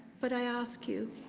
but i ask you,